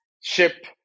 ship